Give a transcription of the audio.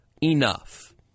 enough